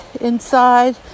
inside